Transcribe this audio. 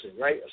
Right